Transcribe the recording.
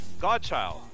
Godchild